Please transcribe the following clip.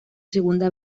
segunda